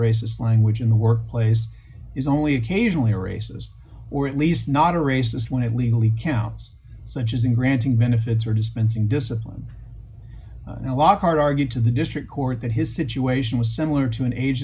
racist language in the workplace is only occasionally races or at least not a racist when it legally counts such as in granting benefits or dispensing discipline a la carte argued to the district court that his situation was similar to in age